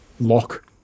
lock